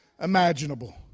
imaginable